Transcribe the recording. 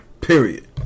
Period